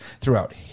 throughout